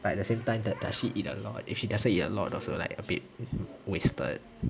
but at the same time though does she eat a lot if she doesn't eat a lot also like a bit wasted